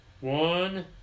One